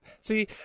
See